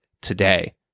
today